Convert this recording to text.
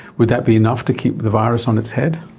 would that be enough to keep the virus on its head?